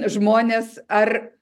žmones ar